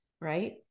right